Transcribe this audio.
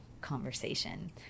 conversation